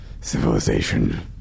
civilization